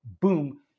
boom